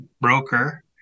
broker